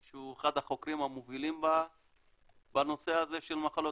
שהוא אחד החוקרים המובילים בנושא הזה של מחלות